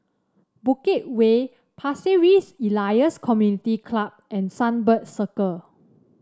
Bukit Way Pasir Ris Elias Community Club and Sunbird Circle